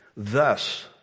Thus